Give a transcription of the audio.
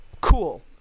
cool